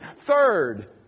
Third